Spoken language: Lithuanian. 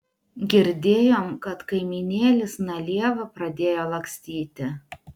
girdėjom kad kaimynėlis na lieva pradėjo lakstyti